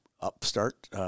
upstart